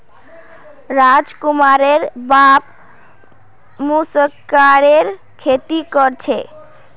राजकुमारेर बाप कुस्यारेर खेती कर छे